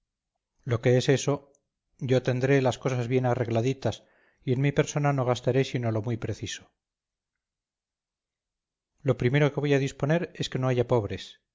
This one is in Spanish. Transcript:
lo que es eso yo tendré las cosas bien arregladitas y en mi persona no gastaré sino lo muy preciso lo primero que voy a disponer es que no haya pobres